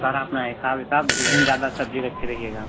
सारा अपना हिसाब विसाब उस दिन ज़्यादा सब्ज़ी रखे रहिएगा